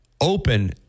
open